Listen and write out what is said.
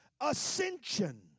ascension